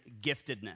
giftedness